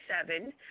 seven